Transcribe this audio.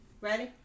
ready